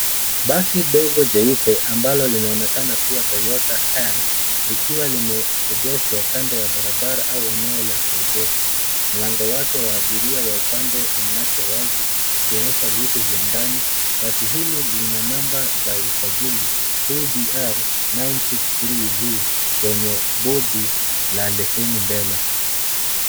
Basi ndogo jeupe ambalo linaonekana kuwa Toyota Hiace likiwa limeegeshwa kando ya barabara au eneo la kuegesha. Mlango wake wa abiria wa upande umewachwa wazi ukionyesha viti vya ndani. Basi hili lina namba za usajili KDR 963V kwenye bodi la leseni mbele.